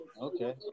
Okay